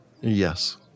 Yes